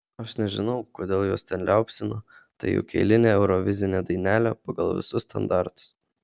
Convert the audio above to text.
aš nežinau kodėl juos ten liaupsino tai juk eilinė eurovizinė dainelė pagal visus standartus